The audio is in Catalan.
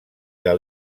que